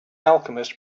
alchemist